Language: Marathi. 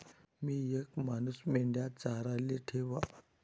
मी येक मानूस मेंढया चाराले ठेवा